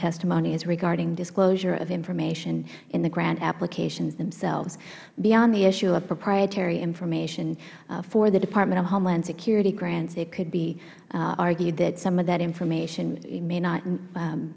testimony is regarding disclosure of information in the grant applications themselves beyond the issue of proprietary information for the department of homeland security grants it could be argued that some of that information may not